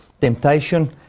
temptation